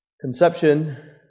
Conception